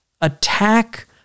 attack